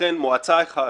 לכן מועצה אחת,